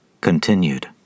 Continued